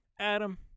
Adam